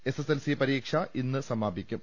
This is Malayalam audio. എസ് എസ് എൽ സി പരീക്ഷ ഇന്ന് സമാപിക്കും